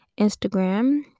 instagram